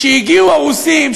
כשהגיעו הרוסים,